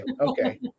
Okay